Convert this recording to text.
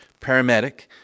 paramedic